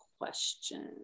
question